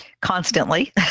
Constantly